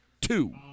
two